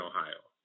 Ohio